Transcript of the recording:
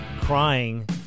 crying